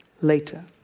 later